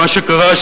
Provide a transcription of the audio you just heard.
מה שקרה,